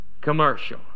Commercial